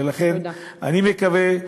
ולכן אני מקווה,